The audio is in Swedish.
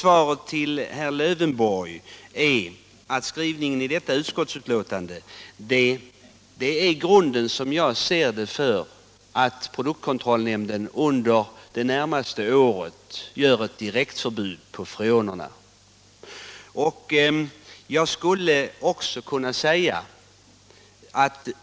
Svaret till herr Lövenborg är att skrivningen i detta utskottsbetänkande, som jag ser det, utgör grunden för att produktkontrollnämnden under det närmaste året skall kunna utforma ett direkt förbud för freonerna.